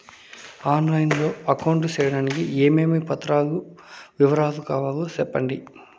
On line లో account సేయడానికి ఏమేమి పత్రాల వివరాలు కావాలో సెప్పండి?